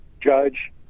Judge